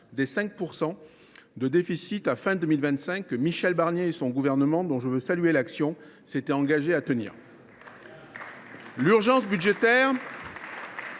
des 5 % de déficit à la fin de 2025, un objectif que Michel Barnier et son gouvernement, dont je veux saluer l’action, s’étaient engagés à tenir. L’urgence budgétaire